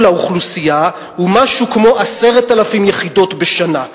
האוכלוסייה הוא משהו כמו 10,000 יחידות בשנה.